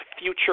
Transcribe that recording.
future